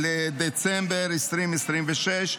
בדצמבר 2026,